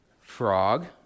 Frog